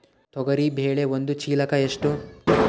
ತೊಗರಿ ಬೇಳೆ ಒಂದು ಚೀಲಕ ಎಷ್ಟು?